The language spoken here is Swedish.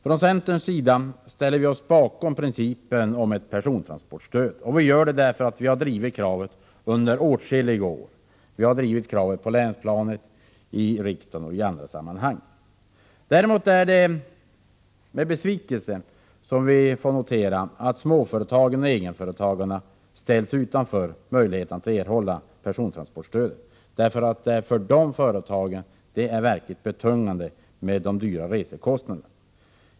Från centerns sida ställer vi oss bakom principen om ett persontransportstöd. Det gör vi därför att vi har drivit kravet under åtskilliga år på länsplan, i riksdagen och andra sammanhang. Däremot är det med besvikelse som vi får notera att småföretagare och egenföretagare ställs utanför möjligheten att erhålla persontransportstöd. För de företagen är det nämligen verkligen betungande med de dyra resekostnaderna.